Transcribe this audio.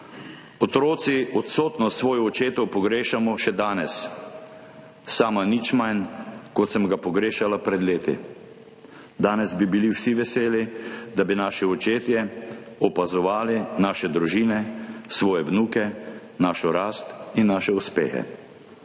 Otroci odsotnost svojih očetov pogrešamo še danes. Sama nič manj, kot sem ga pogrešala pred leti. Danes bi bili vsi veseli, če bi naši očetje opazovali naše družine, svoje vnuke, našo rast in naše uspehe.